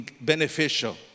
beneficial